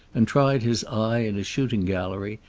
and tried his eye in a shooting gallery,